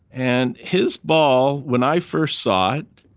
and his ball, when i first saw it,